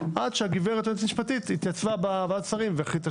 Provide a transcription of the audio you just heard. עד שהיועצת המשפטית התייצבה בוועדת שרים והחליטה